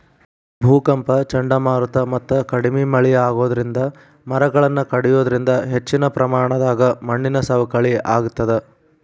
ಭೂಕಂಪ ಚಂಡಮಾರುತ ಮತ್ತ ಕಡಿಮಿ ಮಳೆ ಆಗೋದರಿಂದ ಮರಗಳನ್ನ ಕಡಿಯೋದರಿಂದ ಹೆಚ್ಚಿನ ಪ್ರಮಾಣದಾಗ ಮಣ್ಣಿನ ಸವಕಳಿ ಆಗ್ತದ